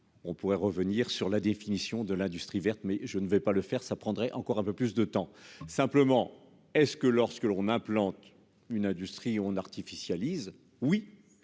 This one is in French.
On pourrait revenir sur la définition de l'industrie verte, mais je ne vais pas le faire, ça prendrait encore un peu plus de temps simplement, est-ce que lorsque l'on implante une industrie on artificialiser. Oui